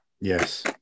Yes